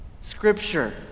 Scripture